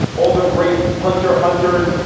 all the great hunter hunters.